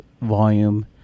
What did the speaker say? volume